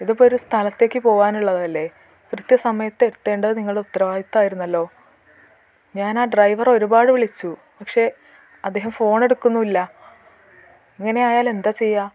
ഇതിപ്പോൾ ഒരു സ്ഥലത്തേക്ക് പോകാനുള്ളതല്ലേ കൃത്യസമയത്ത് എത്തേണ്ടത് നിങ്ങളുടെ ഉത്തരവാദിത്വമായിരുന്നല്ലോ ഞാൻ ആ ഡ്രൈവറെ ഒരുപാട് വിളിച്ചു പക്ഷേ അദ്ദേഹം ഫോൺ എടുക്കുന്നുമില്ല ഇങ്ങനെ ആയാലെന്താണ് ചെയ്യുക